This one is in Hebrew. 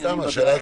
הממשלה.